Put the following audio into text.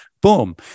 Boom